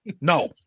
No